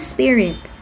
Spirit